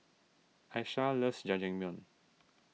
Aisha loves Jajangmyeon